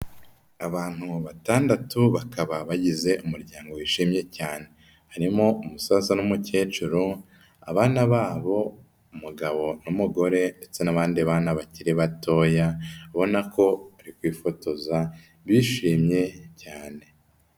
Abantu batandatu, bakaba bagize umuryango wishimye cyane. Harimo umusaza n'umukecuru, abana babo, umugabo n'umugore ndetse n'abandi bana bakiri batoya, ubona ko bari kwifotoza, bishimye cyane.